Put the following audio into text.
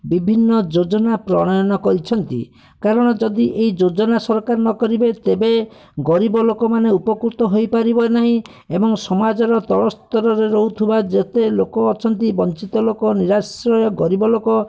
ବିଭିନ୍ନ ଯୋଜନା ପ୍ରଣୟନ କରିଛନ୍ତି କାରଣ ଯଦି ଏଇ ଯୋଜନା ସରକାର ନ କରିବେ ତେବେ ଗରିବ ଲୋକମାନେ ଉପକୃତ ହୋଇପାରିବେ ନାହିଁ ଏବଂ ସମାଜର ତଳସ୍ତରରେ ରହୁଥିବା ଯେତେ ଲୋକ ଅଛନ୍ତି ବଞ୍ଚିତ ଲୋକ ନିରାଶ୍ରୟ ଗରିବ ଲୋକ